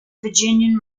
virginian